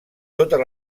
totes